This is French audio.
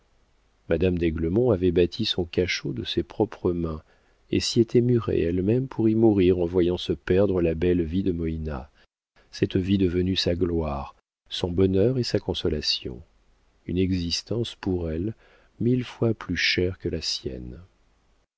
madame d'aiglemont avait bâti son cachot de ses propres mains et s'y était murée elle-même pour y mourir en voyant se perdre la belle vie de moïna cette vie devenue sa gloire son bonheur et sa consolation une existence pour elle mille fois plus chère que la sienne